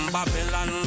Babylon